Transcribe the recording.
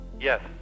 Yes